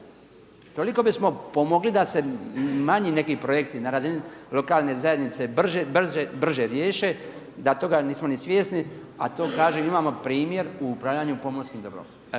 toliko bismo pomogli da se manji neki projekti na razini lokalne zajednice brže riješe da toga nismo ni svjesni a to kažem imamo primjer u upravljanju pomorskim dobrom.